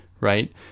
right